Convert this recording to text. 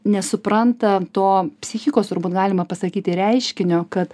nesupranta to psichikos turbūt galima pasakyti reiškinio kad